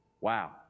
Wow